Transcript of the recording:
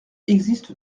existe